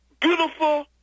beautiful